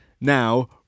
Now